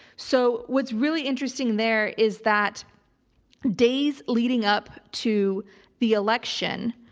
so what's really interesting there is that days leading up to the election,